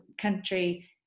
country